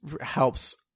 helps